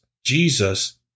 Jesus